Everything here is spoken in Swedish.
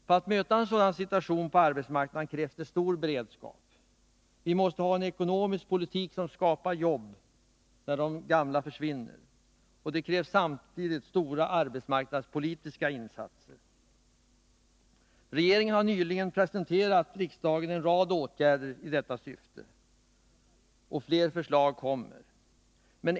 För att möta en sådan situation på arbetsmarknaden krävs stor beredskap. Vi måste föra en ekonomisk politik som skapar nya jobb när de gamla försvinner. Det krävs samtidigt stora arbetsmarknadspolitiska insatser. Regeringen har nyligen presenterat riksdagen en rad åtgärder i detta syfte, och fler förslag kommer.